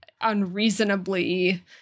unreasonably